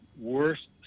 worst